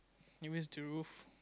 maybe it's the roof